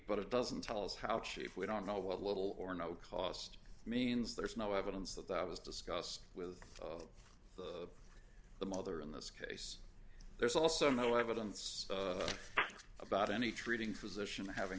but it doesn't tell us how cheap we don't know what little or no cost means there's no evidence that that was discussed with the mother in this case there's also no evidence about any treating physician having